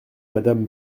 madame